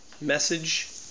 Message